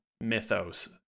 mythos